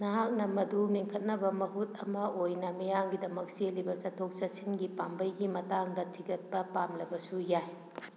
ꯅꯍꯥꯛꯅ ꯃꯥꯗꯨ ꯃꯦꯟꯈꯠꯅꯕ ꯃꯍꯨꯠ ꯑꯃ ꯑꯣꯏꯅ ꯃꯤꯌꯥꯝꯒꯤꯗꯃꯛ ꯆꯦꯜꯂꯤꯕ ꯆꯠꯊꯣꯛ ꯆꯠꯁꯤꯟꯒꯤ ꯄꯥꯝꯕꯩꯒꯤ ꯃꯇꯥꯡꯗ ꯊꯤꯒꯠꯄ ꯄꯥꯝꯂꯕꯁꯨ ꯌꯥꯏ